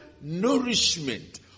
nourishment